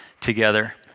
together